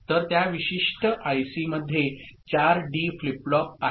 तर त्या विशिष्ट आयसीमध्ये 4 डी फ्लिप फ्लॉप आहेत